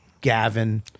Gavin